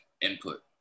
input